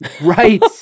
Right